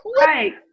Right